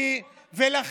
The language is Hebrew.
בוא נכניס גם אותם.